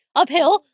uphill